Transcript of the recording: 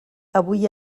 avui